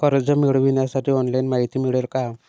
कर्ज मिळविण्यासाठी ऑनलाइन माहिती मिळेल का?